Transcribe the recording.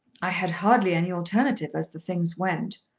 i had hardly any alternative as the things went.